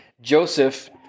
Joseph